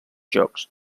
jocs